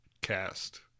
cast